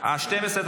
על 12 מצביעים.